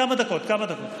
כמה דקות, כמה דקות.